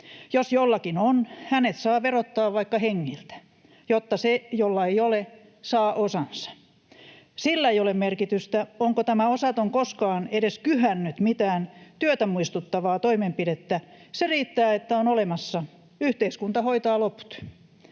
Jos jollakin on, hänet saa verottaa vaikka hengiltä, jotta se, jolla ei ole, saa osansa. Sillä ei ole merkitystä, onko tämä osaton koskaan edes kyhännyt mitään työtä muistuttavaa toimenpidettä. Se riittää, että on olemassa — yhteiskunta hoitaa loput.